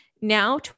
Now